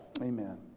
Amen